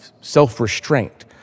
self-restraint